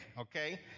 Okay